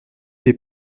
des